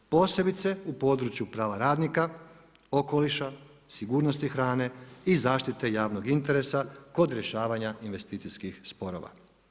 Posebice u području prava radnika, okoliša, sigurnosti hrane i zaštite javnog interesa kod rješavanja investicijskih sporova.